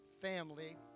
family